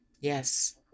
Yes